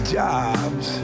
jobs